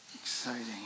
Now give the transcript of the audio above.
Exciting